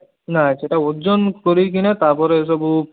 ନାହିଁ ସେଟା ଓଜନ କରିକିନା ତା'ପରେ ସବୁ